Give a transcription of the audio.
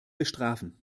bestrafen